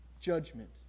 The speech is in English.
judgment